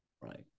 Right